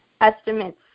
Estimates